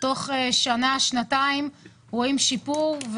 תוך שנה או שנתיים רואים שיפור,